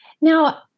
Now